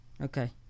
Okay